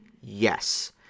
Yes